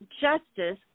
justice